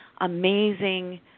amazing